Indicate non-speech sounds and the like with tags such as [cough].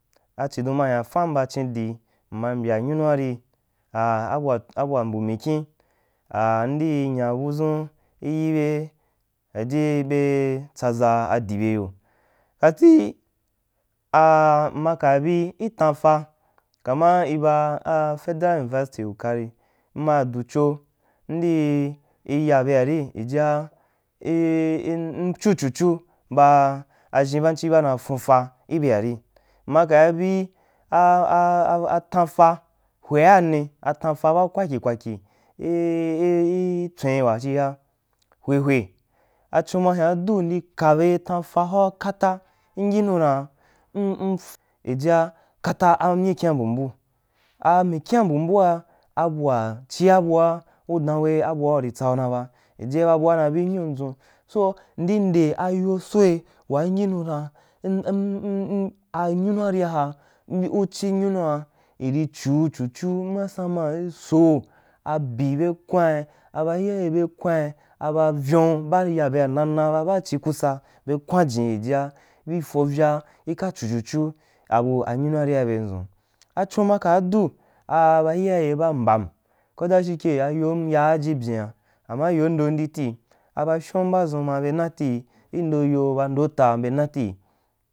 A chidon ma hyan famn mba chindi mma mbya nyua ri a abua abua mbu mikyin am mdii nya budʒun i yibe aji beeh tsaʒa adibe yo, kati [hesitation] m ka bi i tanfa kama ibaafedra unuvasti wukari, mme hya dubo m di ya beari ijiai i m m chu chu chu bu ʒhin banchi boura funfa i beari ma kai bí a a a tanfa hweani atanta ba kwakya waki i i i itswen wa chika ka hwe hwe achun ma hyan du mdi ka be tonfa boa kata m yinu dan m m mg ijia ikata amī kyrian mbumbu, a mikyian mbu mbu a a bua chia bua udan we abua uri tsauna ba ije ba bua nabi nyundʒu so ndi nde ayo soi wa m yinu na m m m a nyunuaria ha i u xhi nyunua iri chu chu chu masana i so ka abi be kwain a ba iyaye beh kwain aba vyon ba a ri ya beanana ba bauchi kusa, be kwain ijia i fovya i ka chu chu chu abu anyunua ria be mba m achon ma kaa du a a ba uyaye ba mbam ko da shikye ajom yaa ema yondom ndi tii abashom mba adʒun ma be nayii i ndoyoba ndo ta be na tii.